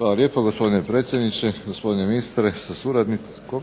lijepo gospodine predsjedniče, gospodine ministre sa suradnikom,